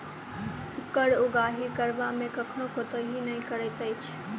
कर उगाही करबा मे कखनो कोताही नै करैत अछि